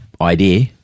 idea